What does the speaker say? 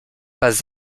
pas